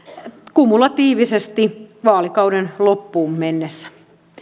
kumulatiivisesti vaalikauden loppuun mennessä